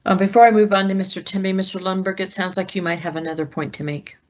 um before i move under mr. timmy, mr. lundberg, it sounds like you might have another point to make.